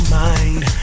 mind